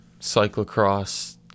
cyclocross